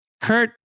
kurt